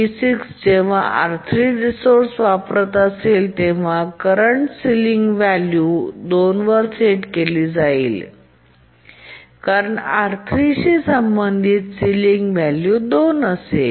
T6 जेव्हा R3 resource वापरेल तेव्हा करंट सिलिंग व्हॅल्यू 2 वर सेट केली जाईल कारण R3 शी संबंधित सिलिंग व्हॅल्यू 2 असेल